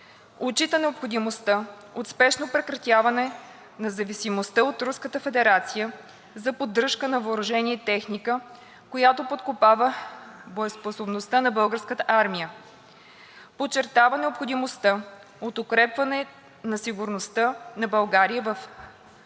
Отчита необходимостта от спешно прекратяване на зависимостта от Руската федерация за поддръжка на въоръжение и техника, която подкопава боеспособността на Българската армия. - Подчертава необходимостта от укрепване на сигурността на България във